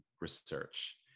research